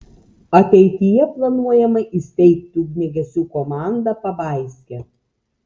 ateityje planuojama įsteigti ugniagesių komandą pabaiske